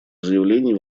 заявлений